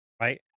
right